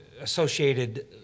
associated